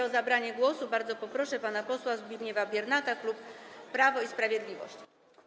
O zabranie głosu bardzo proszę pana posła Zbigniewa Biernata, klub Prawo i Sprawiedliwość.